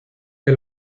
que